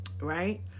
right